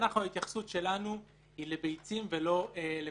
ההתייחסות שלנו היא לביצים ולא למטילות.